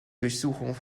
durchsuchung